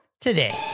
today